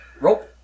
roll